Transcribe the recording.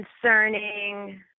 Concerning